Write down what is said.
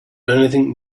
anything